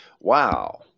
Wow